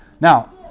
Now